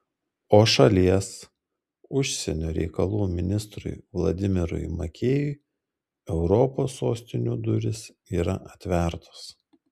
o šalies užsienio reikalų ministrui vladimirui makėjui europos sostinių durys yra atvertos